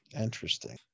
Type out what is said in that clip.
Interesting